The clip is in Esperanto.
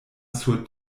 sur